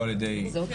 גברים?